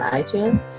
itunes